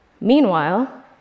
Meanwhile